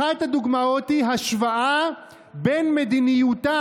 אחת הדוגמאות היא השוואה בין מדיניותה